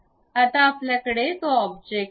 आता आपल्याकडे तो ऑब्जेक्ट आहे